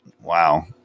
Wow